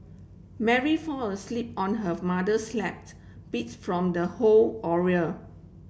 Mary fall asleep on her mother's lap beats from the whole